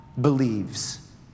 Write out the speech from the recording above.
believes